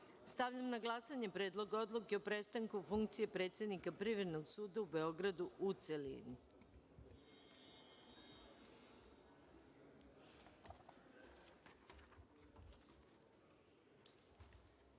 odluke. Stavljam na glasanje Predlog odluke o prestanku funkcije predsednika Privrednog suda u Beogradu, u